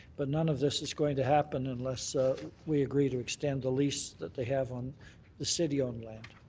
but none of this is going to happen unless we agree to extend the lease that they have on the city-owned land.